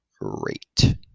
rate